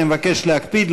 אני מבקש להקפיד,